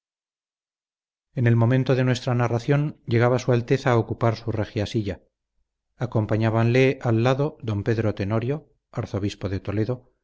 en el momento de nuestra narración llegaba su alteza a ocupar su regia silla acompañábanle al lado don pedro tenorio arzobispo de toledo